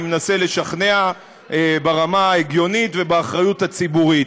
אני מנסה לשכנע ברמה ההגיונית ובאחריות הציבורית.